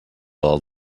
del